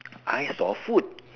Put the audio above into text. I saw food